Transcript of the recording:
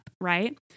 right